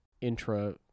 intra